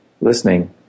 listening